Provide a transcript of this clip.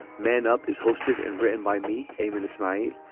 man up is hosted and written by me. ayman is smile.